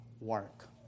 work